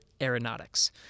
aeronautics